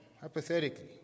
hypothetically